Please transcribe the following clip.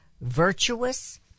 virtuous